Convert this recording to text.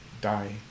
die